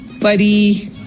buddy